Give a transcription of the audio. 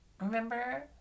remember